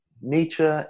Nietzsche